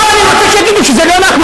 לא, אני רוצה שיגידו שזה לא אנחנו.